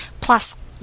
plus